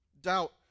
Doubt